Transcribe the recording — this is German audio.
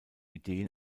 ideen